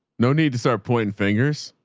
no need to start pointing fingers.